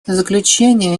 заключения